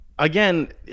Again